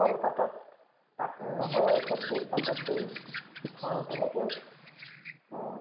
কলপাতত পাত নহৰু এফুট দি পাতত দি খুৱাওঁ তেনেকৈয়ো